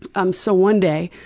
um so one day